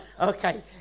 okay